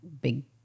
big